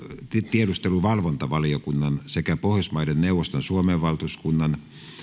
tiedusteluvalvontavaliokunnan sekä pohjoismaiden neuvoston suomen valtuuskunnan